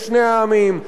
לשני העמים,